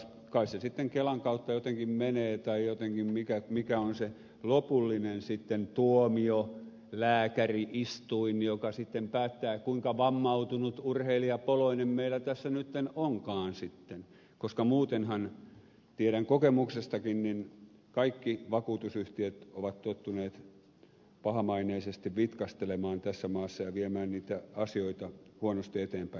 kai se sitten kelan kautta jotenkin menee tai mikä on se lopullinen tuomiolääkäri istuin joka sitten päättää kuinka vammautunut urheilijapoloinen meillä tässä nytten onkaan koska muutenhan tiedän kokemuksestakin että kaikki vakuutusyhtiöt ovat tottuneet pahamaineisesti vitkastelemaan tässä maassa ja viemään niitä asioita huonosti eteenpäin